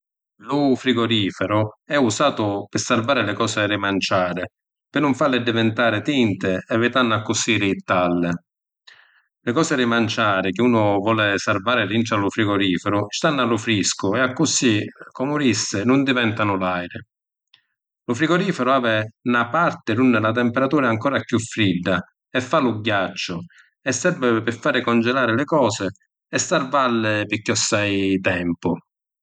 Lu frigoriferu è usatu pi sarvari li cosi di manciàri, pi nun falli divintari tinti evitannu accussì di jittalli. Li cosi di manciàri chi unu voli sarvari dintra lu frigoriferu stannu a lu friscu e accussì, comu dissi, nun diventanu làidi. Lu frigoriferu havi na parti d’unni la timpiratura è ancora chiù fridda e fa lu ghiacciu e servi pi fari congelari li cosi e sarvalli pi cchiòssai tempu.